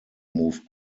moved